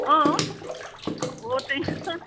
অ' ঔটেঙা